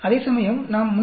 அதேசமயம் நாம் 342